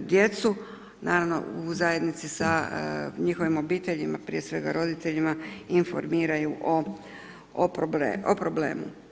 djecu, naravno u zajednici sa njihovim obiteljima prije svega roditeljima informiraju o problemu.